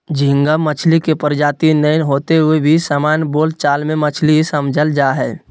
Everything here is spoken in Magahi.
झींगा मछली के प्रजाति नै होते हुए भी सामान्य बोल चाल मे मछली ही समझल जा हई